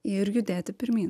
ir judėti pirmyn